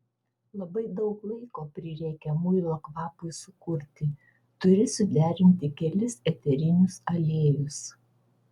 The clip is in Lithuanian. labai daug laiko prireikia muilo kvapui sukurti turi suderinti kelis eterinius aliejus